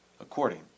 according